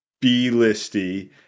B-listy